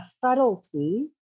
subtlety